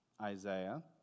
Isaiah